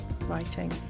writing